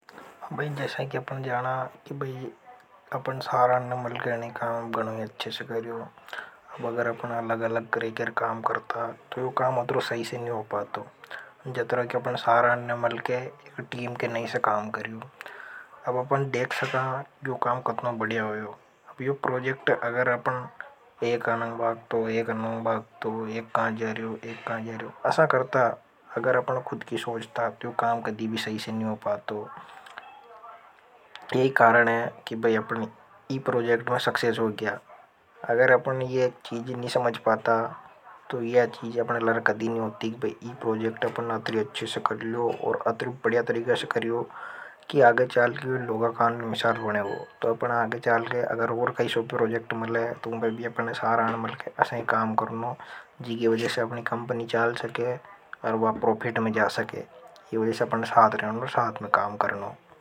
भाई जैसा कि आपन जाना कि भाई अपन सारा ने मलके ने काम गणों अच्छे से कर रहे है। अब अगर अपन अलग-अलग ग्रेकर काम करता तो यो काम अधरो सही से नहीं हो पातो। जैसा कि अपन सारा ने मलके एक टीम के नई से काम कर रियो। हैं अब अपने देख सका यह काम कतना बढ़िया हुआ है अब यह प्रोजेक्ट अगर अपने एक अनंबाग तो एक अनंबाग तो। एक कहां जा रहे हो एक कहां जा रहे हो ऐसा करता है अगर अपने खुद की सोचता तो काम कदी भी सही से नहीं हो पाता तो। यही कारण है कि बजे अपनी इन प्रोजेक्ट में सक्षेस हो गया अगर अपनी यह चीज नहीं समझ पाता तो यह चीज। अपने लड़ कदी नहीं होती भी प्रोजेक्ट अपने अच्छे से कर लो और अतरी बढ़िया तरीका से करियो कि आगे चाल। लोगों का निशन बनेगो तो अपना आगे चालकर अगर ओर कैसे प्रोजेक्ट मिले तुम भी अपने साहरान में इसका। हैं काम करना जीव वजह से अपनी कंपनी चाल सके और वा परोफ़िट में जा सके इन वजह से अपन पर साथ रहने में साथ में काम करणों।